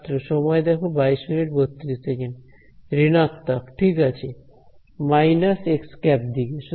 ছাত্র সময় দেখো 2232 ঋণাত্মক ঠিক আছে − xˆ দিকে